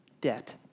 debt